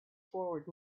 forward